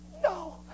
no